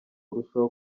urushaho